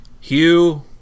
Hugh